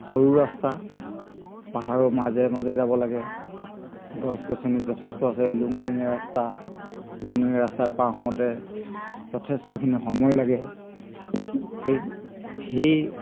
সৰু ৰাস্তা পাহাৰৰ মাজে মাজে যাব লাগে গছ গছনি যথেষ্ট আছে লুংলুঙীয়া ৰাস্তা লুংলুঙীয়া ৰাস্তা পাৰ হওঁতে যথেষ্টখিনি সময় লাগে সেই সেই